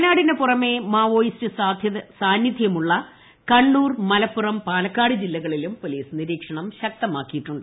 വയനാടിന് പുറമെ മാപ്പോ്യിിസ്റ്റ് സാന്നിദ്ധ്യമുള്ള കണ്ണൂർ മലപ്പുറം പാലക്കാട് ജില്ലകളിലും പൊലീസ് നിരീക്ഷണം ശക്തമാക്കിയിട്ടുണ്ട്